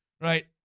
right